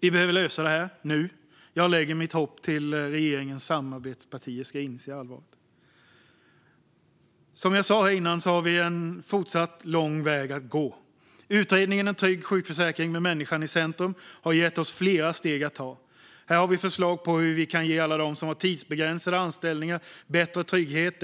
Vi behöver lösa det här nu. Jag sätter mitt hopp till att regeringens samarbetspartier ska inse allvaret. Som jag sa här tidigare har vi fortfarande en lång väg att gå. Utredningen En trygg sjukförsäkring med människan i centrum har gett oss flera steg att ta. Här har vi förslag på hur vi kan ge alla som har tidsbegränsade anställningar bättre trygghet.